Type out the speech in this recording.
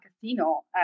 casino